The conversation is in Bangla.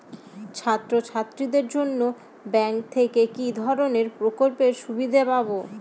ছাত্রছাত্রীদের জন্য ব্যাঙ্ক থেকে কি ধরণের প্রকল্পের সুবিধে পাবো?